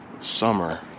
summer